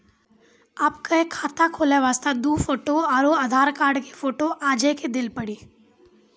आपके खाते खोले वास्ते दु फोटो और आधार कार्ड के फोटो आजे के देल पड़ी?